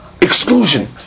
exclusion